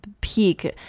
peak